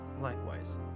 Likewise